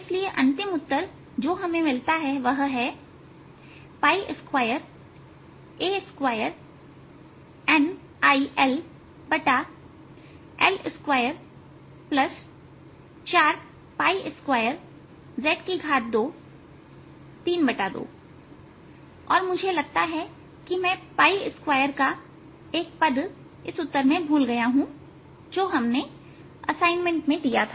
इसलिए अंतिम उत्तर जो हमें मिलता है वह है 2a2NILL242z232और मुझे लगता है कि मैं 2 का एक पद इस उत्तर में भूल गया हूंजो हमने असाइनमेंट में दिया था